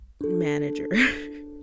manager